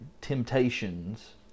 temptations